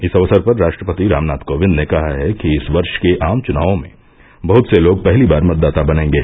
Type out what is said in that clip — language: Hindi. इस अक्सर पर राष्ट्रपति रामनाथ कोविंद ने कहा है कि इस वर्ष के आम चुनावों में बहुत से लोग पहली बार मतदाता बनेंगे